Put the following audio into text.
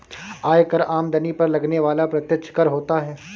आयकर आमदनी पर लगने वाला प्रत्यक्ष कर होता है